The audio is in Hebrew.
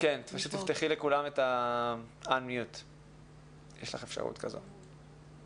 ואני עוקב בדיוק כל מה שקורה בחודשים האחרונים כתוצאה מהקורונה,